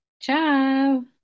Ciao